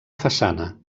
façana